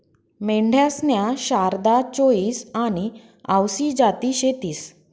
मेंढ्यासन्या शारदा, चोईस आनी आवसी जाती शेतीस